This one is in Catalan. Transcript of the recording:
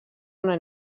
una